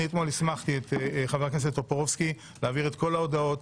אני אתמול הסמכתי את חבר הכנסת טופורובסקי להעביר את כל ההודעות.